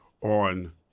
on